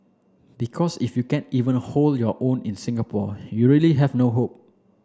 because if you can't even hold your own in Singapore you really have no hope